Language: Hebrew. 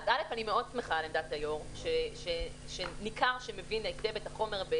אני מאוד שמחה על עמדת היו"ר שניכר שמבין היטב את החומר.